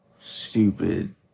stupid